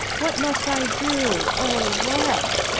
what must i do, o what?